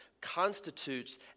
constitutes